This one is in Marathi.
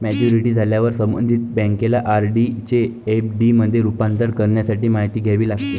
मॅच्युरिटी झाल्यावर संबंधित बँकेला आर.डी चे एफ.डी मध्ये रूपांतर करण्यासाठी माहिती द्यावी लागते